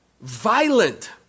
violent